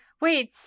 wait